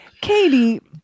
Katie